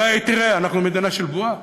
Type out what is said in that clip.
הרי תראה, אנחנו מדינה של בועה,